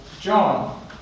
John